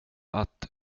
att